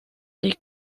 les